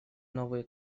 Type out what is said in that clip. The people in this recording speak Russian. новые